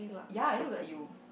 ya it look like you